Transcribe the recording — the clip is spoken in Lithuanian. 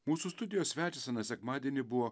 mūsų studijos svečias aną sekmadienį buvo